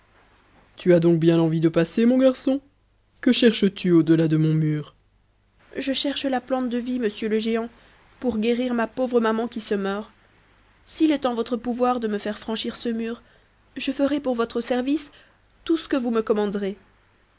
tu as donc bien envie de passer mon garçon que cherches-tu au delà de mon mur je cherche la plante de vie monsieur le géant pour guérir ma pauvre maman qui se meurt s'il est en votre pouvoir de me faire franchir ce mur je ferai pour votre service tout ce que vous me commanderez